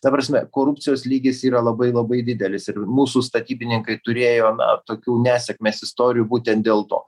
ta prasme korupcijos lygis yra labai labai didelis ir mūsų statybininkai turėjo na tokių nesėkmės istorijų būtent dėl to